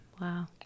Wow